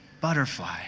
butterfly